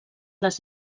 les